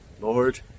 Lord